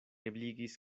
ebligis